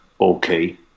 okay